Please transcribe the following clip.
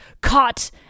caught